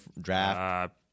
draft